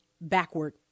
backward